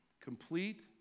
Complete